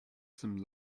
some